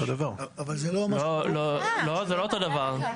זה לא אותו דבר.